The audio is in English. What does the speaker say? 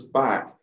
back